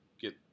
get